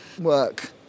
work